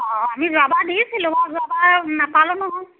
অঁ আমি যোৱাবাৰ দিছিলোঁ মই যোৱাবাৰ নাপালোঁ নহয়